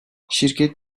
şirket